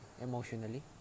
Emotionally